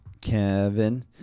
Kevin